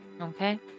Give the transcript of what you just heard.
Okay